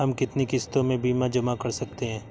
हम कितनी किश्तों में बीमा जमा कर सकते हैं?